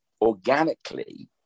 organically